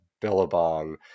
Billabong